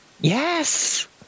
Yes